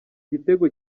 gitego